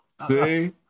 See